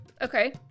Okay